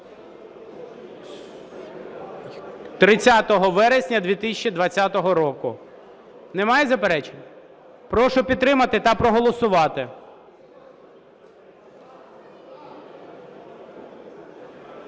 30 вересня 2020 року. Немає заперечень? Прошу підтримати та проголосувати.